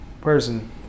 person